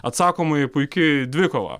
atsakomoji puiki dvikova